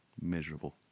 miserable